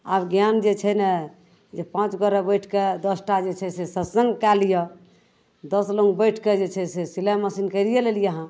आब ज्ञान जे छै ने जे पाँच गोरे बैठिके जे दस टा जे छै से सत्सङ्ग कै लिअऽ दस लग बैठिके जे छै से सिलाइ मशीन करिए लेलिए अहाँ